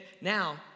Now